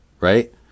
right